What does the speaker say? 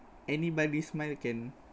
anybody smile can